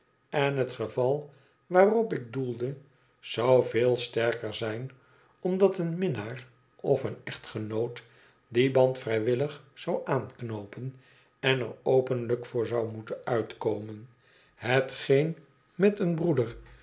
en het geval waarop ik doelde zou veel sterker zijn omdat een minnaar of een echtgenoot dien band vrijwillig zou aanknoopen en er openlijk voor zou moeten uitkomen hetgeen met een broeder